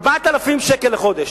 4,000 שקל לחודש.